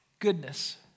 Goodness